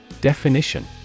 Definition